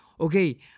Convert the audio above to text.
Okay